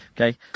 Okay